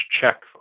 check